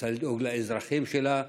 רוצה לדאוג לאזרחים שלה,